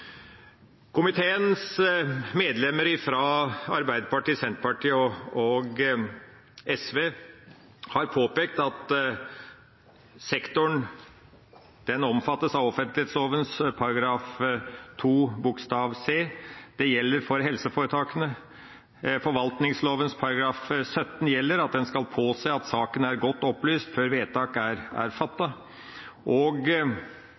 Senterpartiet og SV har påpekt at sektoren omfattes av offentlighetsloven § 2c. Det gjelder for helseforetakene. Forvaltningsloven § 17 gjelder at en skal påse at saken er godt opplyst før vedtak er fattet, og